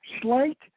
slight